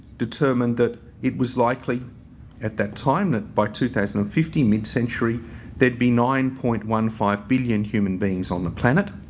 determined that it was likely at that time that by two thousand and fifty midcentury there'd be nine point one five billion human beings on the planet,